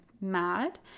mad